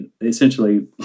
Essentially